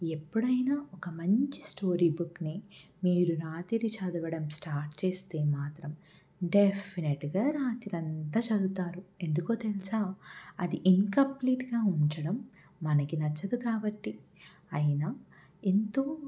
ఎప్పుడైనా ఒక మంచి స్టోరీ బుక్ని మీరు రాత్రి చదవడం స్టార్ట్ చేస్తే మాత్రం డెఫనిట్గా రాత్రంతా చదువుతారు ఎందుకో తెలుసా అది ఇన్కంప్లీట్గా ఉంచడం మనకు నచ్చదు కాబట్టి అయిన ఎంతో